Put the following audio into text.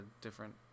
different